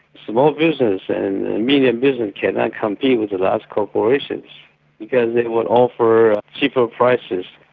small business and medium business cannot compete with the large corporations because they will offer cheaper prices.